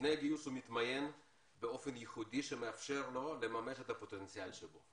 לפני גיוס הוא מתמיין באופן ייחודי שמאפשר לו למממש את הפוטנציאל שבו,